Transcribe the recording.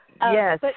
Yes